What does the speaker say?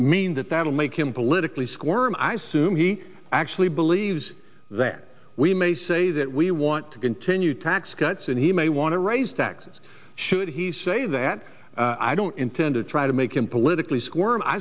mean that that'll make him politically squirm i soon he actually believes that we may say that we want to continue tax cuts and he may want to raise taxes should he say that i don't intend to try to make him politically squirm i